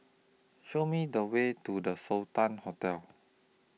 Show Me The Way to The Sultan Hotel